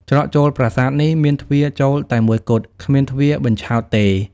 ច្រកចូលប្រាសាទនេះមានទ្វារចូលតែមួយគត់ គ្មានទ្វារបញ្ឆោតទេ។